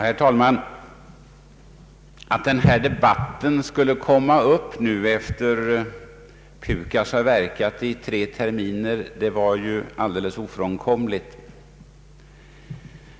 Herr talman! Att den här debatten skulle komma upp nu när PUKAS har verkat i tre terminer var ju alldeles ofrånkomligt.